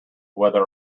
whether